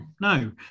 no